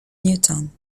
newtown